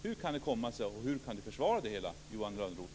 Hur kan det komma sig, och hur kan ni försvara det hela, Johan Lönnroth?